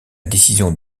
décision